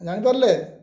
ଜାଣିପାରିଲେ